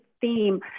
theme